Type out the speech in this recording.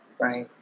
Right